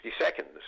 seconds